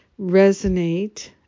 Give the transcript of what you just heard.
resonate